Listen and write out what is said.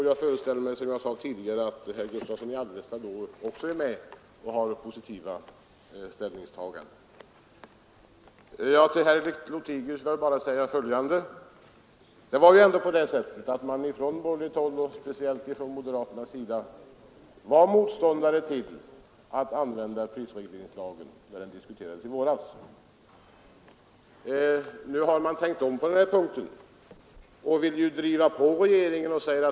Jag föreställer mig att herr Gustavsson i Alvesta också då kommer att inta en positiv ställning. Till herr Lothigius vill jag bara säga följande. Från borgerligt håll och speciellt från moderat sida var man ändå motståndare till att använda prisregleringslagen när den diskuterades i våras och nu har man tänkt om på den punkten och vill driva på regeringen.